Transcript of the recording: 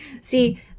See